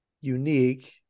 unique